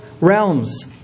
realms